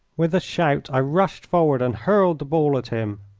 with a shout i rushed forward and hurled the ball at him.